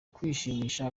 kwishimisha